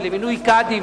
למינוי קאדים,